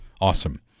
awesome